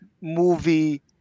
movie